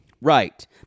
Right